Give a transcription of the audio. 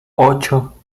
ocho